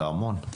זה המון.